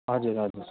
हजुर हजुर